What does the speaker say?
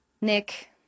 nick